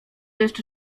jeszcze